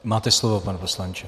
Máte slovo, pane poslanče.